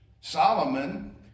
Solomon